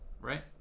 Right